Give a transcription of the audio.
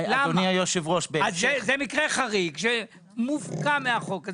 זה מקרה חריג שמופקע מהחוק.